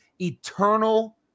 eternal